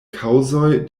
kaŭzoj